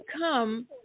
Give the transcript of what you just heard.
come